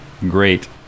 great